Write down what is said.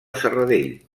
serradell